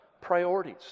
priorities